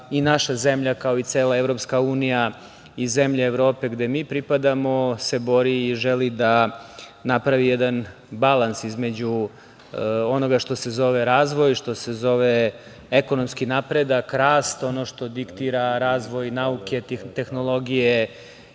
i naša zemlja, kao i cela EU i zemlje Evrope, gde mi pripadamo, se bori i želi da napravi jedan balans između onoga što se zove razvoj, što se zove ekonomski napredak, rast, ono što diktira razvoj nauke, tehnologije